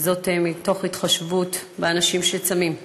מתוך התחשבות באנשים שצמים.